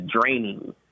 draining